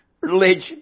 religion